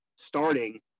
Starting